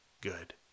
good